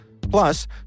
Plus